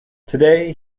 today